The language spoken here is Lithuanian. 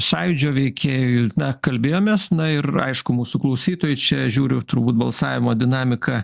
sąjūdžio veikėjui na kalbėjomės na ir aišku mūsų klausytojai čia žiūriu turbūt balsavimo dinamika